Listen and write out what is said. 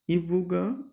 इबुकआ